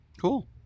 Cool